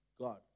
God